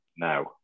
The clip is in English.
now